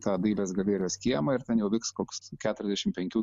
tą dailės galėrijos kiemą ir ten jau viks koks keturiasdešim penkių